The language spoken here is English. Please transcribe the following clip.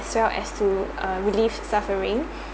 as well as to uh relive suffering